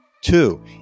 Two